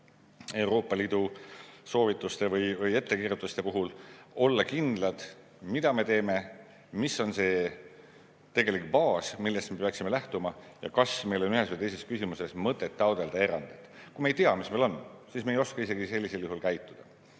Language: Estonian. Euroopa Liidu soovituste või ettekirjutuste puhul olla kindlad, mida me teeme, mis on see tegelik baas, millest me peaksime lähtuma, ja kas meil on ühes või teises küsimuses mõtet taotlelda erandeid. Kui me ei tea, mis meil on, siis me ei oska isegi sellisel juhul käituda.